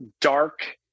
dark